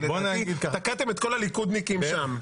כי תקעתם את כל הליכודניקים שם.